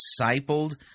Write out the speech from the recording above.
discipled